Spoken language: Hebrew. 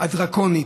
הדרקונית,